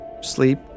sleep